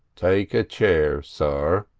take a chair, sir,